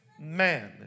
man